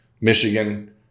Michigan